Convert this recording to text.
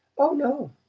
oh, no.